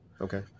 Okay